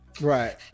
right